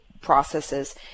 processes